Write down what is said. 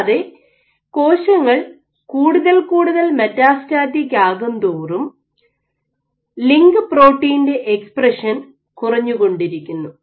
കൂടാതെ കോശങ്ങൾ കൂടുതൽ കൂടുതൽ മെറ്റാസ്റ്റാറ്റിക് ആകുംതോറും ലിങ്ക് പ്രോട്ടീന്റെ എക്സ്പ്രഷൻ കുറഞ്ഞുകൊണ്ടിരിക്കുന്നു